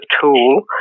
tool